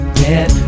get